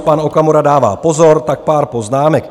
Pan Okamura dává pozor, tak pár poznámek.